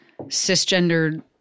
cisgendered